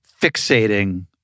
fixating